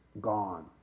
gone